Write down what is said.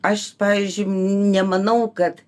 aš pavyzdžiui nemanau kad